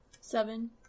Seven